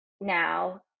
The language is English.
now